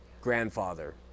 Grandfather